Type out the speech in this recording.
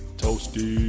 toasty